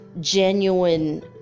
genuine